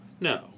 No